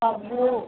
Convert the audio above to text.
अब वह